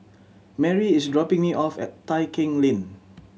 Mary is dropping me off at Tai Keng Lane